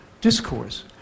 discourse